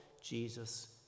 Jesus